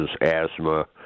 asthma